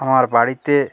আমার বাড়িতে